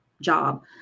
job